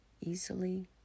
easily